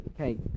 Okay